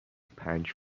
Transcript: پنج